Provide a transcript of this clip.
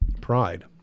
pride